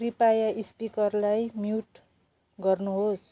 कृपया स्पिकरलाई म्युट गर्नुहोस्